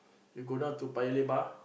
you go down to Paya Lebar